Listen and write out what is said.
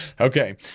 Okay